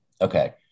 Okay